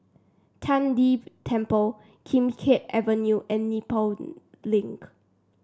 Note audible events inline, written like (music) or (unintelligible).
Tian De Temple Kim Keat Avenue and Nepal (unintelligible) Link